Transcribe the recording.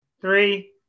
three